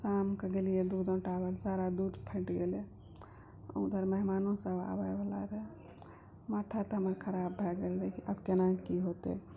शामके गेलियै दूध औटाबैला सारा दूध फाटि गेलै ऊधर मेहमानो सब आबैवला रहै माथा तऽ हमर खराब भए गेल रहा की आब केना की होतै